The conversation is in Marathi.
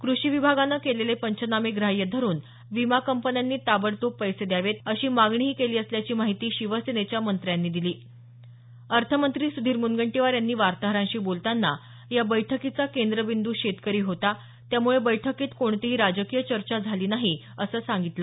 कृषी विभागाने केलेले पंचनामे ग्राह्य धरुन विमा कंपन्यांनी ताबडतोब पैसे द्यावेत अशी मागणीही केली असल्याची माहिती शिवसेनेच्या मंत्र्यांनी दिली अर्थमंत्री सुधीर मुनगंटीवार यांनी वार्ताहरांशी बोलताना या बैठकीचा केंद्रबिंद् शेतकरी होता त्यामुळे बैठकीत कोणतीही राजकीय चर्चा झाली नाही असं सांगितलं